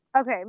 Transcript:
Okay